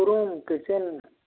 दो room kitchen